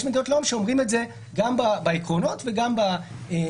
יש מדינות לאום שאומרים את זה גם בעקרונות וגם בזכויות,